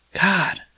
God